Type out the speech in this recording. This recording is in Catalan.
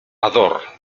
ador